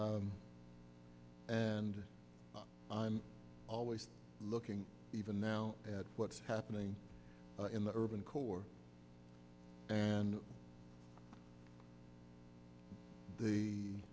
and i'm always looking even now at what's happening in the urban core and the